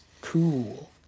cool